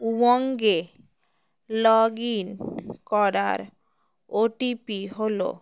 উমঙ্গে log in করার OTP হলো